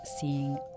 seeing